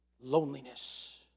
loneliness